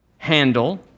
handle